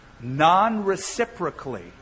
non-reciprocally